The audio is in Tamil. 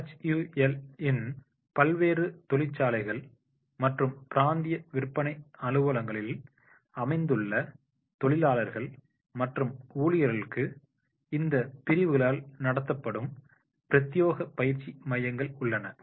HUL இன் பல்வேறு தொழிற்சாலைகள் மற்றும் பிராந்திய விற்பனை அலுவலகங்களில் அமைந்துள்ள தொழிலாளர்கள் மற்றும் ஊழியர்களுக்கு இந்த பிரிவுகளால் நடத்தப்படும் பிரத்யேக பயிற்சி மையங்கள் உள்ளன